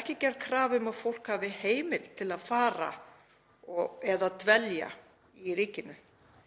Ekki er gerð krafa um að fólk hafi heimild til að fara og/eða dvelja í ríkinu.